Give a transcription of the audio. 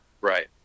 Right